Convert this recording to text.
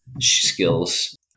skills